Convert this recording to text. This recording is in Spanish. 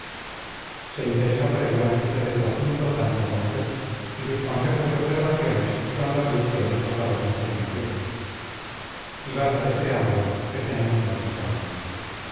se interesa por el buen giro de tu asunto tanto como yo y sus consejos y observaciones son la luz que en estos laberintos me guía y basta de preámbulos que tenemos mucho que hablar